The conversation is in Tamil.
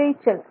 இரைச்சல்